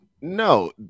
no